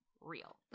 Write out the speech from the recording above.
real